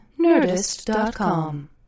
Nerdist.com